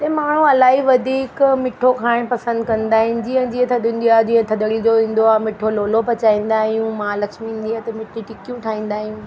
माण्हू इलाही वधीक मिठो खाइणु पसंदि कंदा आहिनि जीअं जीअं थधि हूंदी आहे जीअं थदड़ी जो ईंदो आहे मिठो लोलो पचाईंदा आहियूं महालक्ष्मी ईंदी आहे त मिठी टिकियूं ठाहींदा आहियूं